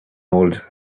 old